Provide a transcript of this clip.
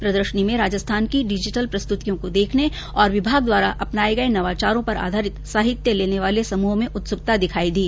प्रदर्शनी में राजस्थान की डिजिटल प्रस्तुतियों को देखने और विभाग द्वारा अपनाये जा रहे नवाचारों पर आधारित साहित्य लेने वाले समूहों में उत्सुकता दिखाई दी